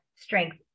strength